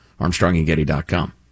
Armstrongandgetty.com